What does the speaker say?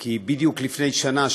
כי בדיוק לפני שנה,